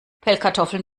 pellkartoffeln